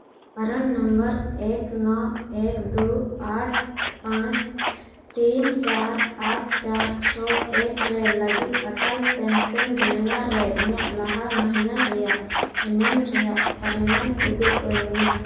ᱯᱨᱟᱱ number ᱮᱹᱠ ᱱᱚ ᱮᱹᱠ ᱫᱩ ᱟᱴ ᱯᱟᱸᱪ ᱛᱤᱱ ᱪᱟᱨ ᱟᱴ ᱪᱟᱨ ᱪᱷᱚ ᱮᱹᱠ ᱨᱮ ᱞᱟᱹᱜᱤᱫ ᱚᱴᱚᱞ ᱯᱮᱥᱚᱱ ᱡᱳᱡᱳᱱᱟ ᱨᱮ ᱤᱧᱟᱹᱜ ᱞᱟᱦᱟ ᱢᱟᱹᱭᱱᱟᱹ ᱨᱮᱭᱟᱜ ᱮᱱᱮᱢ ᱨᱮᱭᱟᱜ ᱯᱟᱨᱤᱢᱟᱱ ᱩᱫᱩᱜ ᱟᱹᱧ ᱢᱮ